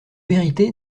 vérité